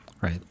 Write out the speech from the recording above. Right